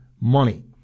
money